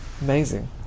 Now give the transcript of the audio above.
Amazing